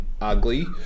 ugly